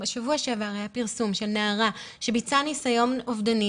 בשבוע שעבר היה פרסום של נערה שביצעה ניסיון אובדני,